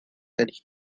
and